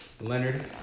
Leonard